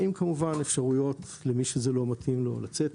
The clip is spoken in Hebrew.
כמובן עם אפשרויות למי שזה לא מתאים לו לצאת